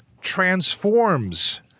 transforms